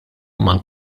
mal